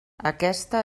aquesta